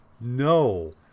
no